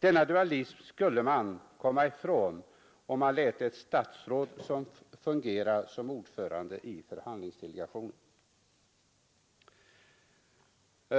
Denna dualism skulle man komma ifrån om man lät ett statsråd fungera som ordförande i förhandlingsdelegationen.